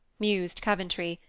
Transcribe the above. mused coventry,